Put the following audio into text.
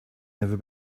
never